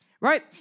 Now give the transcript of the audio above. Right